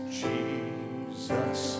jesus